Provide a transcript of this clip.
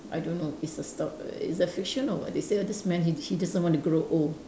I don't know it's a store it's a fiction or what they say this man he he doesn't want to grow old